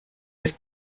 was